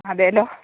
അതേലൊ